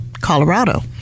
Colorado